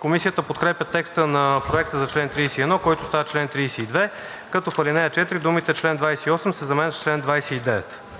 Комисията подкрепя текста на Проекта за чл. 31, който става чл. 32, като в ал. 4 думите „чл. 28“ се заменят с „чл. 29“.